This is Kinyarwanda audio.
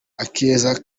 akeza